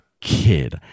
kid